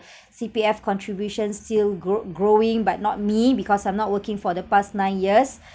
C_P_F contribution still grow growing but not me because I'm not working for the past nine years